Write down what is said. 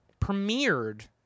premiered